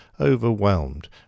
overwhelmed